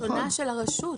זה מבטא את רצונה של הרשות.